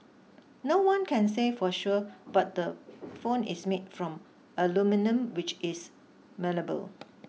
no one can say for sure but the phone is made from aluminium which is malleable